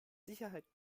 sicherheit